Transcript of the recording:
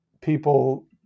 people